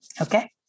Okay